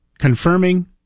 Confirming